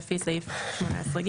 לפי סעיף 18(ג),